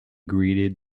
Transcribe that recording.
greeted